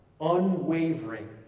unwavering